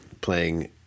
playing